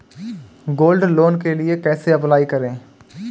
Gold loan के लिए कैसे अप्लाई करें?